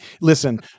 Listen